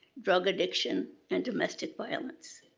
drug addiction, and domestic violence.